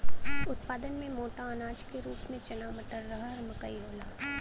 उत्पादन में मोटा अनाज के रूप में चना मटर, रहर मकई होला